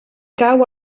cau